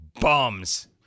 bums